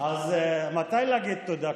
אז מתי להגיד תודה?